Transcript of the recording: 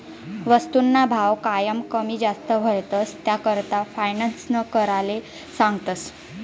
वस्तूसना भाव कायम कमी जास्त व्हतंस, त्याकरता फायनान्स कराले सांगतस